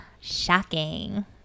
Shocking